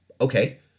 Okay